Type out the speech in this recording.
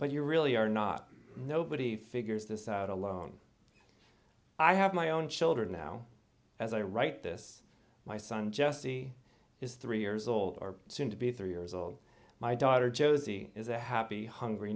but you really are not nobody figures this out alone i have my own children now as i write this my son jesse is three years old or soon to be three years old my daughter josie is a happy hungry